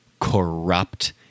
corrupt